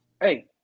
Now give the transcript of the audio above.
hey